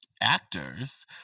actors